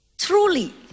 truly